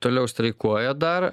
toliau streikuoja dar